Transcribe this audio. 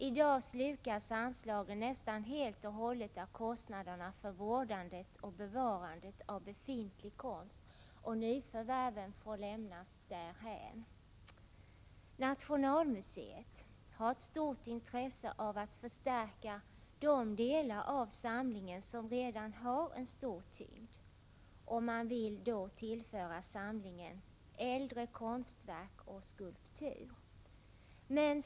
I dag slukas anslagen nästan helt och hållet av kostnaderna för vårdandet och bevarandet av befintlig konst, och nyförvärven får lämnas därhän. Nationalmuseet har ett stort intresse av att förstärka de delar av samlingen som redan har en stor tyngd, och man vill tillföra samlingen äldre konstverk och skulptur.